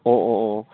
ꯑꯣ ꯑꯣ ꯑꯣ ꯑꯣ